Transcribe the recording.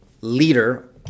leader